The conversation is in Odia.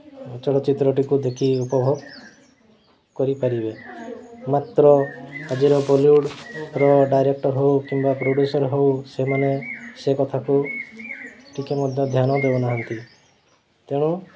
ଚଳଚ୍ଚିତ୍ରଟିକୁ ଦେଖି ଉପଭୋଗ କରିପାରିବେ ମାତ୍ର ଆଜିର ବଲିଉଡ଼୍ର ଡାଇରେକ୍ଟର୍ ହେଉ କିମ୍ବା ପ୍ରଡ଼୍ୟୁସର୍ ହେଉ ସେମାନେ ସେ କଥାକୁ ଟିକିଏ ମଧ୍ୟ ଧ୍ୟାନ ଦେଉନାହାନ୍ତି ତେଣୁ